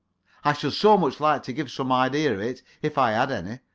i should so much like to give some idea of it if i had any.